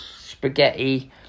spaghetti